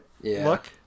look